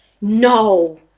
no